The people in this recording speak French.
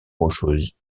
rocheuses